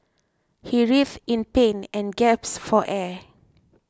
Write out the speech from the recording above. he writhed in pain and gasped for air